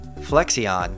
Flexion